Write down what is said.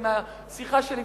ומהשיחה שלי,